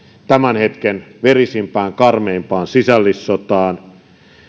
tämän hetken verisimpään karmeimpaan sisällissotaan